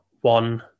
one